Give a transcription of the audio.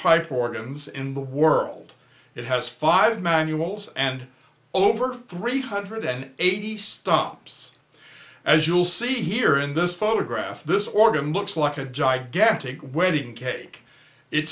pipe organs in the world it has five manuals and over three hundred and eighty stops as you'll see here in this photograph this organ looks like a gigantic wedding cake it